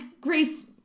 Grace